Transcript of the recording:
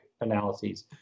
analyses